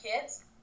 kids